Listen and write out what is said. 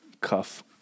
cuff